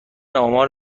آمار